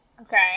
Okay